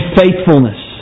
faithfulness